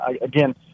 again